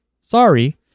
Sorry